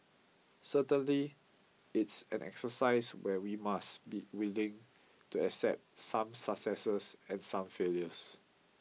certainly it's an exercise where we must be willing to accept some successes and some failures